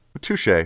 Touche